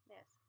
Yes